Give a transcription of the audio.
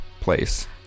place